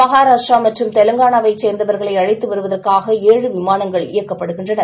மகாராஷ்டராமற்றம் தெலங்கானாவைசேர்ந்தவர்களைஅழைத்துவருவதற்காக விமானங்கள் எழு இயக்கப்படுகின்றன